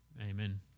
Amen